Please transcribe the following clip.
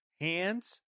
hands